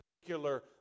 particular